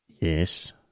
Yes